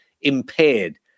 impaired